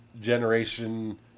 generation